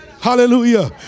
Hallelujah